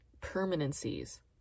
permanencies